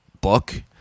book